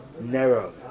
narrow